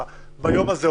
ביום הזה,